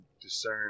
discern